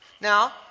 Now